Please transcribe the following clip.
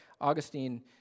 Augustine